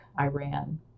Iran